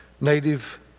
Native